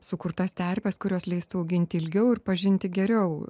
sukurtas terpes kurios leistų auginti ilgiau ir pažinti geriau